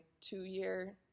two-year